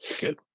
Good